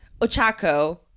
Ochako